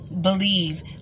believe